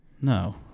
No